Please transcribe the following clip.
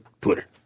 Twitter